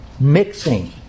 Mixing